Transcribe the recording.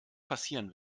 passieren